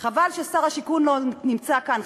חבל ששר הבינוי והשיכון לא נמצא כאן,